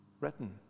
written